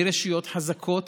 מרשויות חזקות